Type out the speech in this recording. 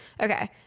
okay